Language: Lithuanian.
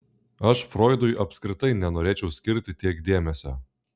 aš froidui apskritai nenorėčiau skirti tiek dėmesio